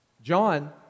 John